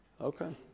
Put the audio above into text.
Okay